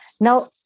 Now